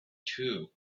two